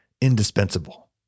indispensable